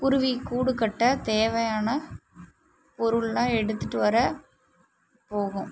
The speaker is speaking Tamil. குருவிக்கூடு கட்ட தேவையான பொருள்லாம் எடுத்துட்டு வர போகும்